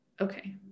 okay